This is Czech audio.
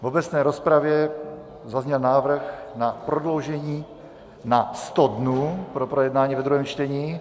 V obecné rozpravě zazněl návrh na prodloužení na 100 dnů pro projednání ve druhém čtení.